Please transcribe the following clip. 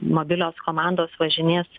mobilios komandos važinės